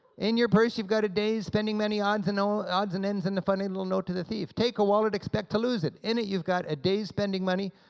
in your purse you've got a days spending money, odds you know odds and ends, and a funny little note to the thief. take a wallet, expect to lose it. in it you've got a day's spending money,